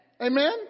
Amen